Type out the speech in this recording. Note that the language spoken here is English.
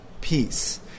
peace